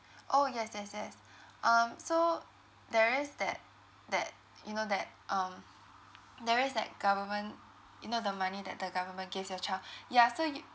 orh yes yes yes um so there is that that you know that um there is like government you know the money that the government gives your child ya so you